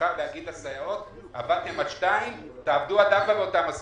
להגיד לסייעות שעבדתן עד 2:00 ועכשיו תעבדו עד 4:00 באותה משכורת.